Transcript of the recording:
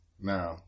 Now